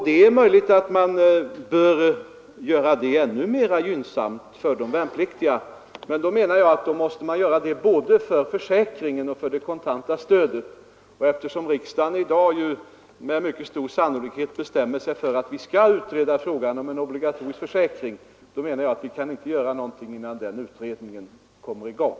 Det är möjligt att vi bör göra dessa bestämmelser ännu mera gynnsamma för de värnpliktiga, men då menar jag att vi måste göra det både för försäkringen och för det kontanta stödet. Och eftesom riksdagen i dag med stor sannolikhet kommer att besluta om en utredning av frågan om en obligatorisk försäkring så menar jag att vi inte kan göra någonting förrän den utredningen har kommit i gång.